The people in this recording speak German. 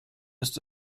ist